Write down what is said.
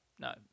no